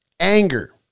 Anger